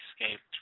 escaped